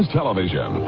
Television